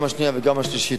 גם השנייה וגם השלישית,